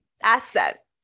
asset